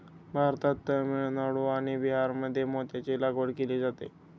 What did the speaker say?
भारतात तामिळनाडू आणि बिहारमध्ये मोत्यांची लागवड केली जाते